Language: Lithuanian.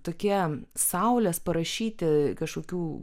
tokie saulės parašyti kažkokių